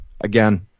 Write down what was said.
Again